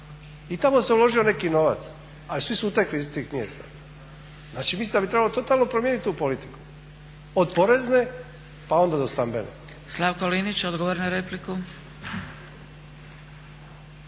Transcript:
I tamo se uložio neki novac, ali svi su utekli iz tih mjesta. Znači, mislim da bi trebalo totalno promijeniti tu politiku od porezne, pa onda do stambene. **Zgrebec, Dragica (SDP)** Slavko Linić, odgovor na repliku.